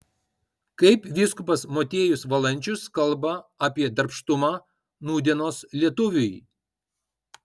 kaip vyskupas motiejus valančius kalba apie darbštumą nūdienos lietuviui